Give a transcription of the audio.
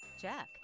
check